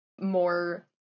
more